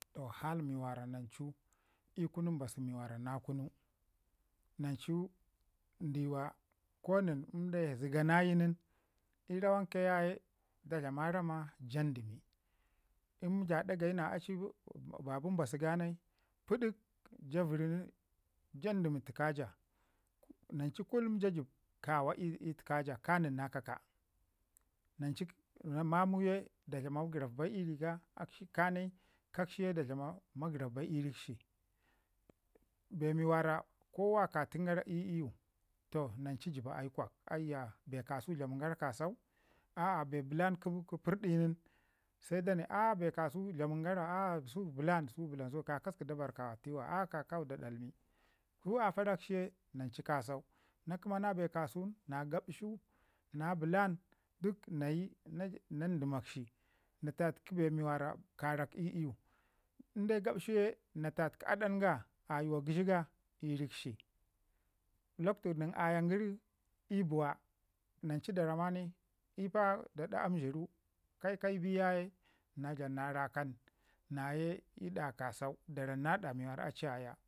Toh hai mi wara nancu ii kunu mbasu mi wara na kunu nan lu ndiwa ko nən inde zəganayu nin ii rawanke yaye da dlama rama jan dəmi. In ja ɗa yayi na aci ba bi mbasu ganai pədək ja vəru nin jan dəmi təka ja, nan lu kullum ja jib kawa itəka ja ka nin kaka, nan cu mamu ye da dlam magərat bai ii ri ga akshi kanai da dlama magərat bai ii rikshi. Bemi wara ko waka tin gara ii iyu toh nan cu jiba aikok, aa bee bəkn kə pərdi nin se da a bee kasau dlaman gara a su bəlan su bəlan, kasəku da barkawatiwa a kakasəku da dalmi, su a farakshi ye nan cu kasau na kəma na bee kasu nin na gabshi na bəlan nan ɗimakshi na ta təki bee mi wara karak ii iyu inde gabshi ye na tatəki adanga ayuwa gəshi ga ii rikshi. Nan cu nin ayan gəri ii buwa da ramda ke ka yu bi yaye na dlum na rakan na ye ɗa kasau da ramda ɗa mi a ci aya,